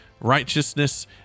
righteousness